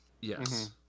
Yes